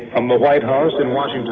from the white house in washington,